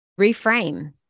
reframe